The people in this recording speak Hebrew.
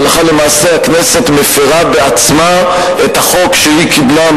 והלכה למעשה הכנסת מפירה בעצמה את החוק שהיא קיבלה,